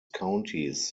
countys